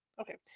Okay